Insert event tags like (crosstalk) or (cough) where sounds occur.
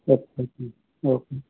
okay (unintelligible) okay